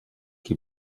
qui